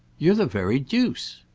you're the very deuce.